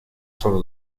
sólo